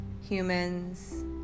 humans